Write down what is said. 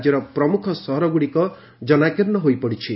ରାଜ୍ୟର ପ୍ରମୁଖ ସହରଗୁଡିକ ଜନାକୀର୍ଣ୍ଣ ହୋଇପଡିଛି